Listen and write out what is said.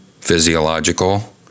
physiological